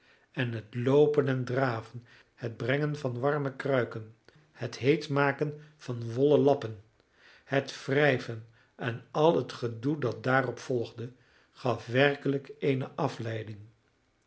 en het loopen en draven het brengen van warme kruiken het heet maken van wollen lappen het wrijven en al het gedoe dat daarop volgde gaf werkelijk eene afleiding